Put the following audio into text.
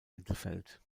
mittelfeld